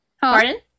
Pardon